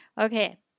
Okay